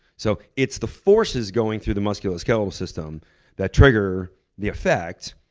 so it's the forces going through the muscular skeletal system that trigger the effect.